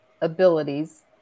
abilities